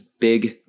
big